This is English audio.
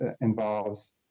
involves